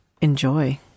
enjoy